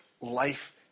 life